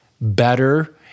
Better